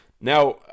Now